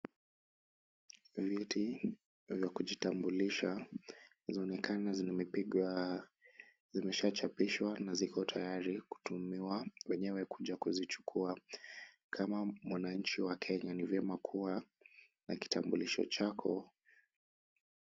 Vyeti wa kujitambulisha, zinaonekana zimepigwa, zimeshachapishwa na ziko tayari kutumiwa wenyewe kuja kuzichukua, kama mwananchi wa Kenya ni vyema kuwa na kitambulisho chako.